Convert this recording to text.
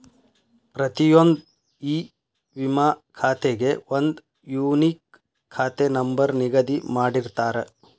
ಪ್ರತಿಯೊಂದ್ ಇ ವಿಮಾ ಖಾತೆಗೆ ಒಂದ್ ಯೂನಿಕ್ ಖಾತೆ ನಂಬರ್ ನಿಗದಿ ಮಾಡಿರ್ತಾರ